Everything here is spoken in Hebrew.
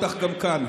נתקבלה.